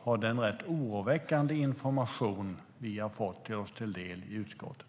Har den rätt oroväckande information vi har fått oss till del i utskottet